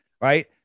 right